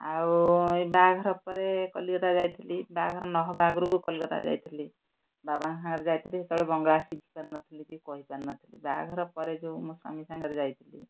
ଆଉ ବାହାଘର ପରେ କଲିକତା ଯାଇଥିଲି ବାହାଘର ନହେବା ଆଗରୁକୁ କଲିକତା ଯାଇଥିଲି ବାବାଙ୍କ ସାଙ୍ଗରେ ଯାଇଥିଲି ସେତେବେଳେ ବଙ୍ଗଳା ଶିଖିପାରିନଥିଲି କି କହିପାରିନଥିଲି ବାହାଘର ପରେ ଯେଉଁ ମୋ ସ୍ୱାମୀ ସାଙ୍ଗରେ ଯାଇଥିଲି